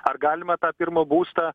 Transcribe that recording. ar galima tą pirmą būstą